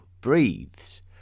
breathes